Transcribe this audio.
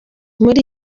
muri